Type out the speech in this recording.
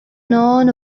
known